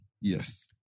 Yes